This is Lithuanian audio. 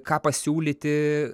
ką pasiūlyti